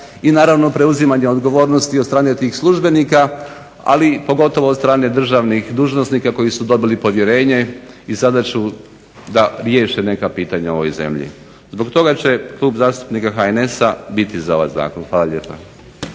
i naravno preuzimanje odgovornosti od strane tih službenika ali pogotovo od strane državnih dužnosnika koji su dobili povjerenje i sada će da riješe neka pitanja u ovoj zemlji. Zbog toga će Klub zastupnika HNS-a biti za ovaj Zakon. Hvala vam